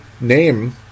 name